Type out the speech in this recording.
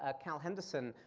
ah cal henderson,